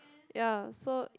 ya so